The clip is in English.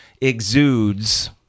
exudes